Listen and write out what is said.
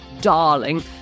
darling